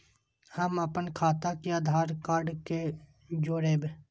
हम अपन खाता के आधार कार्ड के जोरैब?